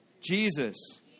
Jesus